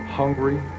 hungry